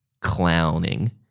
clowning